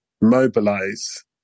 mobilize